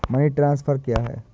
Money transfer क्या है?